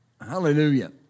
hallelujah